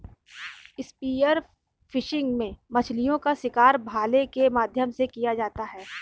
spear fishing में मछलीओं का शिकार भाले के माध्यम से किया जाता है